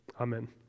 Amen